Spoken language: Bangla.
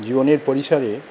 জীবনের পরিসরে